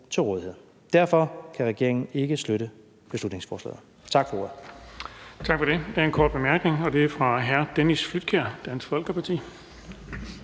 til rådighed. Derfor kan regeringen ikke støtte beslutningsforslaget. Tak for ordet.